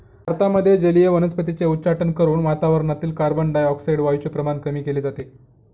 भारतामध्ये जलीय वनस्पतींचे उच्चाटन करून वातावरणातील कार्बनडाय ऑक्साईड वायूचे प्रमाण कमी केले जाते